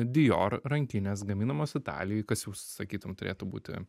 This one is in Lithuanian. dior rankinės gaminamos italijoj kas jau sakytum turėtų būti